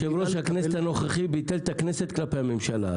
יושב-ראש הכנסת הנוכחי ביטל את הכנסת כלפי הממשלה,